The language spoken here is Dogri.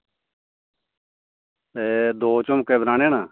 ते दो झुमके बनाने न